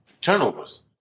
turnovers